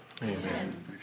Amen